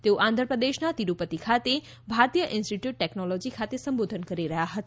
તેઓ આંધ્રપ્રદેશના તિરુપતિ ખાતે ભારતીય ઇન્સ્ટિટ્યૂટ ટેકનોલોજી ખાતે સંબોધન કરી રહ્યા હતા